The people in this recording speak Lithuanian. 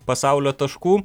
pasaulio taškų